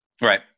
Right